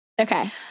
Okay